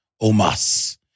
Omas